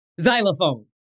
Xylophone